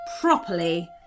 properly